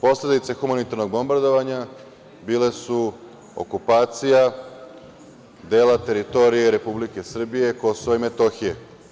Posledice humanitarnog bombardovanja bile su okupacija dela teritorije Republike Srbije, Kosova i Metohije.